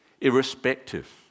irrespective